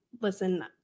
listen